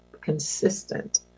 consistent